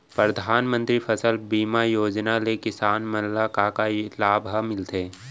परधानमंतरी फसल बीमा योजना ले किसान मन ला का का लाभ ह मिलथे?